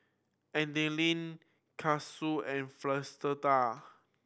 Adaline Kasey and